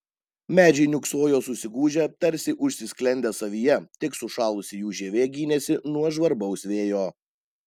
medžiai niūksojo susigūžę tarsi užsisklendę savyje tik sušalusi jų žievė gynėsi nuo žvarbaus vėjo